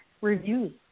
reviews